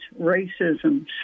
racism